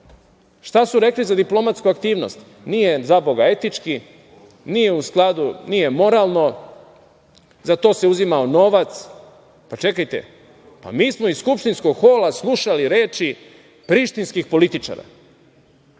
Šta su rekli za diplomatsku aktivnost? Nije, zaboga, etički, nije u skladu, nije moralno, za to se uzimao novac. Čekajte, mi smo iz skupštinskog hola slušali reči prištinskih političara.